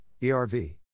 ERV